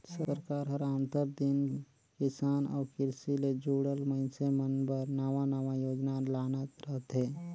सरकार हर आंतर दिन किसान अउ किरसी ले जुड़ल मइनसे मन बर नावा नावा योजना लानत रहथे